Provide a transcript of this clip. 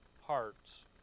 hearts